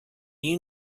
you